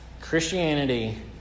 Christianity